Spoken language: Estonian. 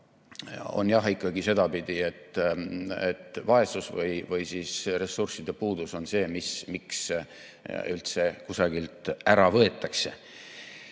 on ikkagi sedapidi, et vaesus või ressursside puudus on see, miks üldse kusagilt ära võetakse.